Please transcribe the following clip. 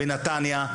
בנתניה.